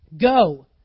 Go